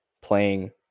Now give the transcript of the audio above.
playing